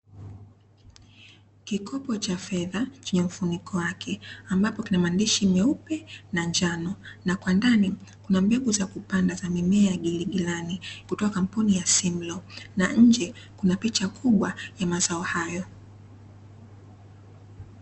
Kikopo cha fedha chenye mfuniko wake ambapo kina maandishi meupe na njano, na kwa ndani kuna mbegu za kupanda za mimea ya giligilani kutoka kampuni ya "SIMLAW". Na nje kuna picha kubwa ya mazao hayo.